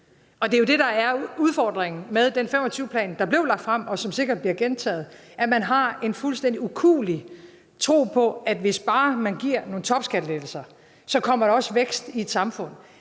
Det er jo det, der er udfordringen med den 2025-plan, der blev lagt frem, og som sikkert bliver gentaget, nemlig at man har en fuldstændig ukuelig tro på, at hvis bare man giver nogle topskattelettelser, kommer der også vækst i et samfund.